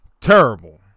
Terrible